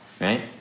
right